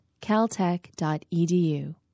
caltech.edu